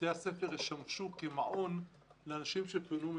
בתי הספר ישמשו כמעון לאנשים שפונו מביתם.